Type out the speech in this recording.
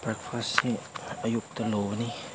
ꯕ꯭ꯔꯦꯛꯐꯥꯁꯁꯤ ꯑꯌꯨꯛꯇ ꯂꯧꯒꯅꯤ